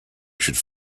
should